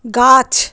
গাছ